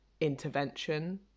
intervention